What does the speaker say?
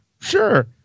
sure